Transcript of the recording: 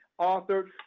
authored